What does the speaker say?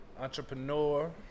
entrepreneur